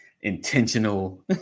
intentional